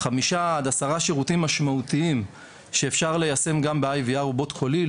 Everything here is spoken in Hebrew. חמישה עד עשרה שירותים משמעותיים שאפשר ליישם גם ב-IVR ובוט קולי,